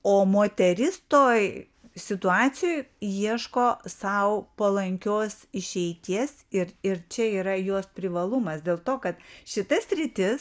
o moteris toj situacijoj ieško sau palankios išeities ir ir čia yra jos privalumas dėl to kad šita sritis